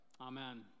Amen